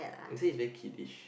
they say is very kiddish